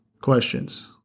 questions